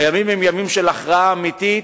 הימים הם ימים של הכרעה אמיתית: